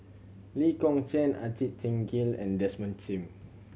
Lee Kong Chian Ajit Singh Gill and Desmond Sim